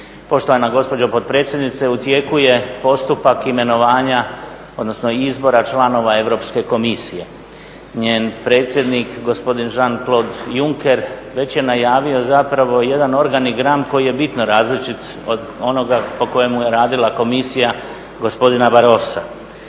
Poštovana gospođo potpredsjednice, u tijeku je postupak imenovanja, odnosno izbora članova Europske komisije. Njen predsjednik, gospodin Jean-Claude Juncker već je najavio zapravo jedan … koji je bitno različit od onoga po kojemu je radila komisija gospodina Barossa.